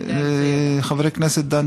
חבר הכנסת דן